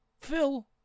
Phil